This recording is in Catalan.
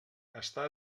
estar